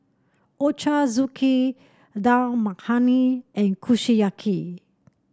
Ochazuke Dal Makhani and Kushiyaki